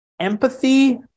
empathy